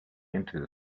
into